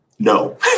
No